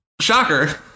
shocker